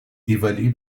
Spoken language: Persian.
دیوالی